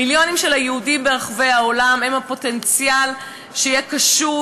מיליוני היהודים ברחבי העולם הם הפוטנציאל שיהיה קשוב